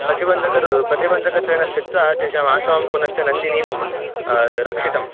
प्रतिबन्दकरूपेण प्रतिबन्धकत्वेन स्थित्वा तेषाम् आश्रमं पुनश्च नन्दिनीं रक्षितम्